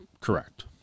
Correct